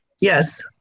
Yes